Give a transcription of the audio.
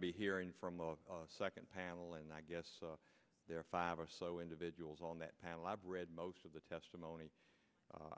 to be hearing from the second panel and i guess there are five or so individuals on that panel i've read most of the testimony